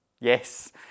Yes